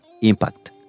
impact